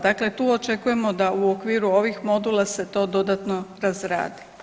Dakle, tu očekujemo da u okviru ovih modula se to dodatno razradi.